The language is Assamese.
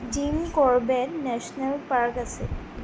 জিম কৰবেট নেশ্যনেল পাৰ্ক আছিল